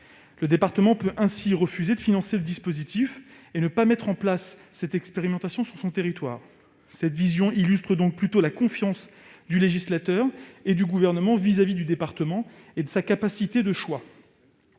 Un département peut ainsi refuser de financer le dispositif et ne pas mettre en place cette expérimentation sur son territoire. Ce dispositif illustre donc plutôt la confiance du législateur et du Gouvernement à l'égard du département et de sa capacité de faire